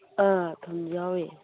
ꯑ ꯊꯨꯝꯁꯨ ꯌꯥꯎꯔꯤ